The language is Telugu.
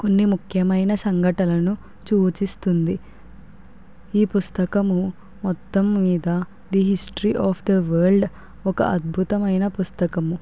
కొన్ని ముఖ్యమైన సంఘటలను చూచిస్తుంది ఈ పుస్తకము మొత్తం మీద the history of the world ఒక అద్భుతమైన పుస్తకము